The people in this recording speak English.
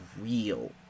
real